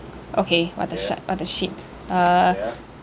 okay what the shit what the shit uh